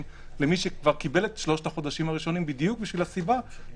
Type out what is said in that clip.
למי שכבר קיבל את שלושת החודש בדיוק משום שיצטרך